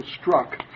struck